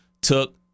took